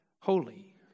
holy